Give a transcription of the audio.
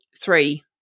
three